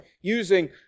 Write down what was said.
using